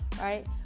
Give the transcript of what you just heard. right